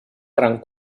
gran